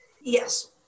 Yes